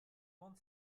grande